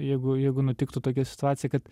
jeigu jeigu nutiktų tokia situacija kad